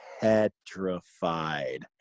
petrified